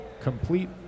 complete